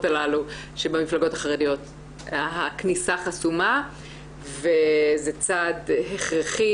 הללו שבמפלגות החרדיות הכניסה חסומה וזה צעד הכרחי